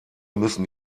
müssen